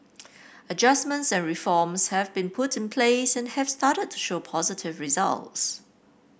adjustments and reforms have been put in place and have started to show positive results